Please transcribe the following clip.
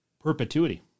Perpetuity